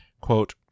quote